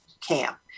camp